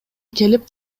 келип